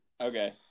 okay